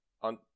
on